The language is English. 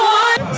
one